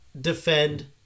defend